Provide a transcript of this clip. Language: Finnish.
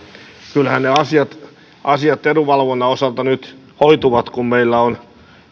kyllähän ne asiat asiat edunvalvonnan osalta nyt hoituvat kun meillä on